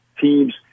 teams